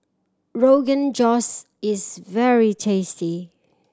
Rogan Josh is very tasty